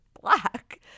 black